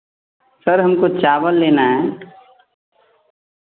sir हमको चावल लेना है